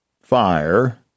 fire